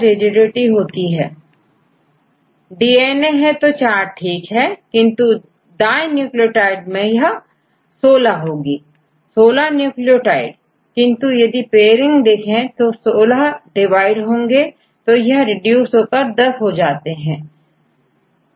किंतु दाएं अब हम बहुत सारे सीक्वेंस पर आधारित पैरामीटर्स न्यूक्लियोटाइड्स में यह16 होगी 16 न्यूक्लियोटाइड किंतु यदि पेयरिंग देखें तो 16 डिवाइड होगा तो यह रिड्यूस होकर 10 हो जाएतो1610 होगा